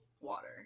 water